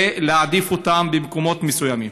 ולהעדיף אותם במקומות מסוימים.